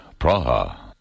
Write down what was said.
Praha